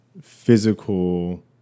physical